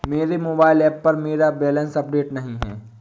मेरे mobile app पर मेरा बैलेंस अपडेट नहीं है